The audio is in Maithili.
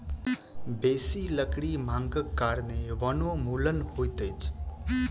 बेसी लकड़ी मांगक कारणें वनोन्मूलन होइत अछि